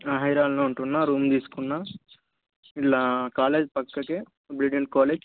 హైదరాబాదులోనే ఉంటున్నా రూమ్ తీసుకున్నాను ఇందులో కాలేజ్ ప్రక్కకే బ్రిడన్ కాలేజ్